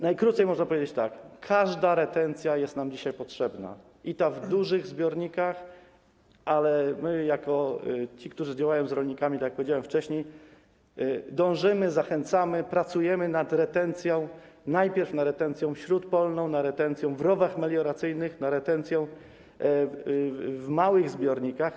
Najkrócej można powiedzieć tak: każda retencja jest nam dzisiaj potrzebna, ta w dużych zbiornikach też, ale my jako ci, którzy współdziałają z rolnikami, tak jak powiedziałem wcześniej, dążymy, zachęcamy, pracujemy najpierw nad retencją śródpolną, nad retencją w rowach melioracyjnych, nad retencją w małych zbiornikach.